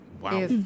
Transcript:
Wow